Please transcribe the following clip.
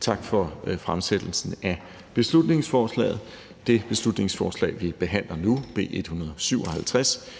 tak for fremsættelsen af beslutningsforslaget. Det beslutningsforslag, vi behandler nu, B 157,